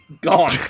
gone